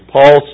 Paul